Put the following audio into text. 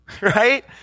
right